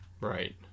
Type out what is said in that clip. Right